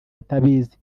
atabizi